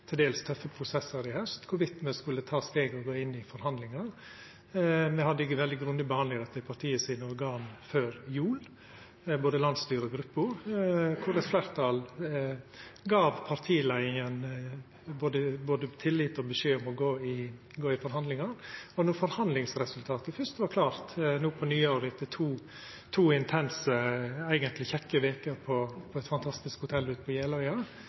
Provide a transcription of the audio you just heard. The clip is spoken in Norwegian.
til dels tøffe prosessar i haust om me skulle ta steget og gå inn i forhandlingar. Me hadde ei veldig grundig behandling av dette i partiorgana før jul, både i landsstyret og i gruppa, der eit fleirtal gav partileiinga både tillit og beskjed om å gå i forhandlingar. Og når forhandlingsresultatet fyrst var klart no på nyåret, etter to intense, eigentleg kjekke veker på eit fantastisk hotell ute på Jeløya,